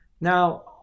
Now